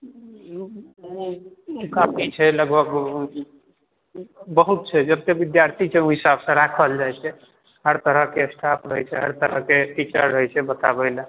काफ़ी छै लगभग बहुत छै विद्यार्थी छै ओ हिसाब सॅं राखल जै छै हर तरह के स्टाफ़ रहै छै हर तरह के टीचर रहै छै बताबय लए